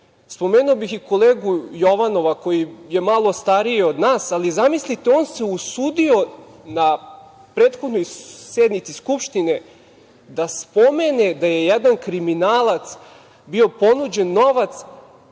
izrazim. Spomenuo bih i kolegu Jovanova, koji je malo stariji od nas, ali zamislite on se usudio na prethodnoj sednici Skupštine da spomene da je jednom kriminalcu bio ponuđen novac